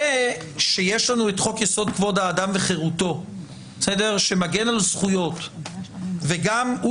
זה שיש לנו את חוק יסוד: כבוד האדם וחירותו שמגן על זכויות וגם הוא